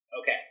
Okay